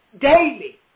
Daily